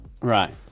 Right